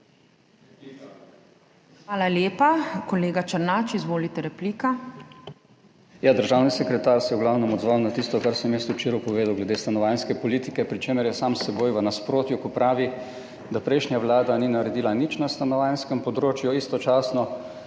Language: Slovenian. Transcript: Hvala lepa. Kolega Černač, izvolite, replika. **ZVONKO ČERNAČ (PS SDS):** Državni sekretar se je v glavnem odzval na tisto, kar sem jaz včeraj povedal glede stanovanjske politike, pri čemer je sam s seboj v nasprotju, ko pravi, da prejšnja vlada ni naredila nič na stanovanjskem področju, istočasno